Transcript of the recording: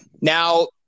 Now